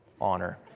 honor